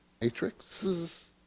matrixes